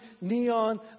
neon